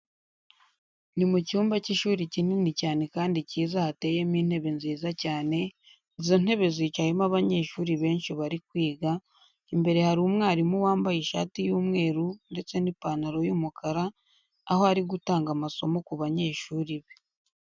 Ni mu cyumba cy'ishuri kinini cyane kandi cyiza hateyemo intebe nziza cyane, izo ntebe zicayemo abanyeshuri benshi bari kwiga, imbere hari umwarimu wambaye ishati y'umweru ndetse n'ipantaro y'umukara, aho ari gutanga amasomo ku banyeshuri be.